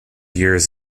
years